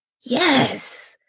Yes